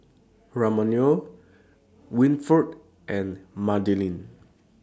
Ramona Wilford and Madelynn